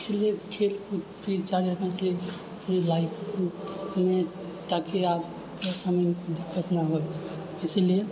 इसीलिए खेलकूद भी जारी रखना चाहिए पूरी लाइफमे ताकि आपके सामने दिक्कत नहि होइ इसीलिए